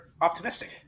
optimistic